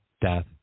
death